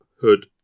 Hood